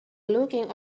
looking